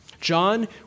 John